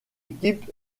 équipe